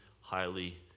highly